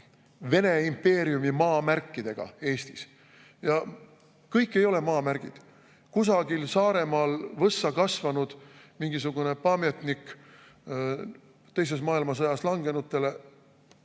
Vene impeeriumi maamärkide kohta Eestis. Kõik ei ole maamärgid. Kusagil Saaremaal võssa kasvanud mingisugunepamjatnikteises maailmasõjas langenutele